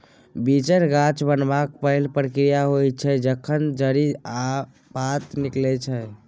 बीचर गाछ बनबाक पहिल प्रक्रिया होइ छै जखन जड़ि आ पात निकलै छै